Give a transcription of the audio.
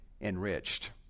enriched